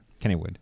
Kennywood